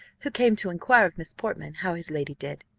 who came to inquire of miss portman how his lady did.